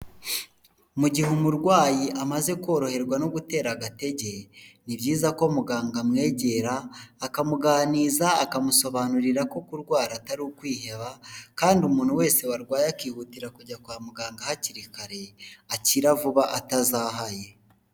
Mu gihe umurwayi amaze koroherwa no gutora agatege, ni byiza ko muganga amwegera akamuganiriza, akamusobanurira ko kurwara atari ukwiheba kandi umuntu wese warwaye akihutira kujya kwa muganga hakiri kare akira vuba atazahaye.